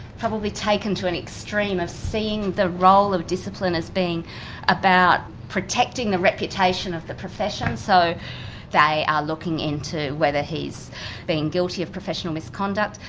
probably taken to an extreme of seeing the role of discipline as being about protecting the reputation of the profession. so they are looking into whether he's been guilty of professional misconduct.